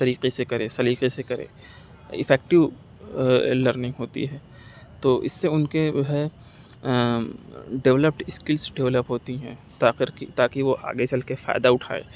طریقے سے کرے سلیقے سے کرے افیکٹیو لرننگ ہوتی ہے تو اس سے ان کے وہ ہے ڈیولپڈ اسکلس ڈیولپ ہوتی ہیں تا کر کہ تاکہ وہ آگے چل کے فائدہ اٹھائے